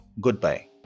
Goodbye